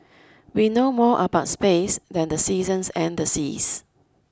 we know more about space than the seasons and the seas